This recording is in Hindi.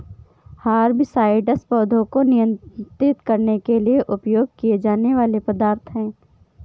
हर्बिसाइड्स पौधों को नियंत्रित करने के लिए उपयोग किए जाने वाले पदार्थ हैं